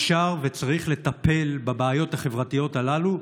אפשר וצריך לטפל בבעיות החברתיות הללו,